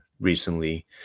recently